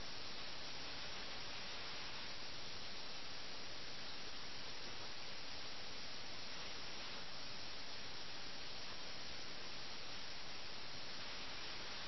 ഒരു തലത്തിൽ ഇത് ഒരു കളിക്കാരന്റെ വിജയ സാധ്യതയെ ബാധിക്കുന്നു ഈ പ്രത്യേക സന്ദർഭത്തിൽ അത് മിർസയാണ് അവൻ അസന്തുഷ്ടനാണ് കാരണം മിർ ചെസ്സ് കളിയുടെ മര്യാദകൾ പാലിക്കുന്നില്ല